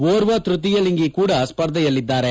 ಓರ್ವ ತ್ವತೀಯ ಲಿಂಗಿ ಕೂಡ ಸ್ವರ್ಧೆಯಲ್ಲಿದ್ದಾರೆ